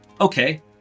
Okay